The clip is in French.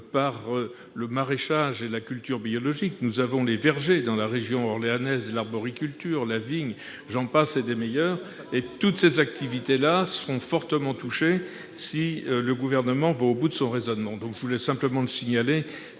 par le maraîchage et la culture biologique, les vergers de l'Orléanais, l'arboriculture, la vigne, j'en passe et des meilleurs. Toutes ces activités seront fortement touchées si le Gouvernement va au bout de son raisonnement. Je voulais simplement le signaler,